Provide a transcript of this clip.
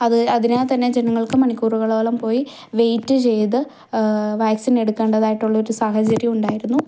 അത് അതിനാൽ തന്നെ ജനങ്ങൾക്ക് മണിക്കൂറുകളോളം പോയി വെയിറ്റ് ചെയ്ത് വാക്സിൻ എടുക്കേണ്ടതായിട്ടുള്ള ഒരു സാഹചര്യം ഉണ്ടായിരുന്നു